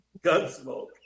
Gunsmoke